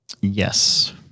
Yes